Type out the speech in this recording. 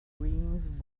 dreams